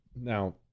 Now